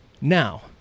Now